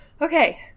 Okay